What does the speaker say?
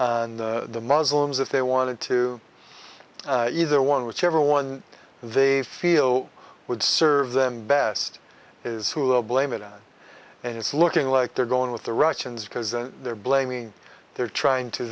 complain that the muslims if they wanted to either one whichever one they feel would serve them best is who will blame it on and it's looking like they're going with the russians because the blaming they're trying to